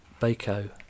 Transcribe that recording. Baco